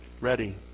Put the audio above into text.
ready